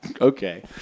Okay